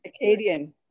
Acadian